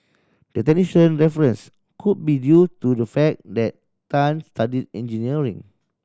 the technician reference could be due to the fact that Tan studied engineering